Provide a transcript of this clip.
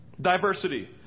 diversity